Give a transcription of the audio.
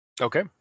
Okay